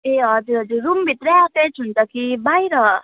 ए हजुर हजुर रुम भित्रै एट्याच हुन्छ कि बाहिर